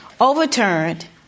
overturned